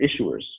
issuers